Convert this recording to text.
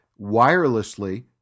wirelessly